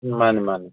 ꯎꯝ ꯃꯥꯅꯤ ꯃꯥꯅꯤ